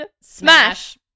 smash